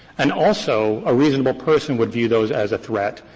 and also, a reasonable person would view those as a threat,